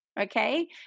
okay